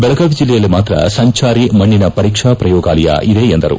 ಬೆಳಗಾವಿ ಜಿಲ್ಲೆಯಲ್ಲಿ ಮಾತ್ರ ಸಂಚಾರಿ ಮಣ್ಣಿನ ಪರೀಕ್ಷಾ ಪ್ರಯೋಗಾಲಯವಿದೆ ಎಂದರು